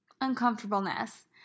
uncomfortableness